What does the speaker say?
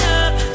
up